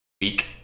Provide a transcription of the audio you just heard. week